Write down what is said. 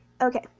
okay